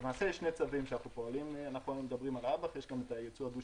יש שני צווים שאנחנו פועלים בהם: אב"כ וייצוא דו-שימושי.